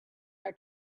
our